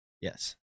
Yes